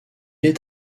est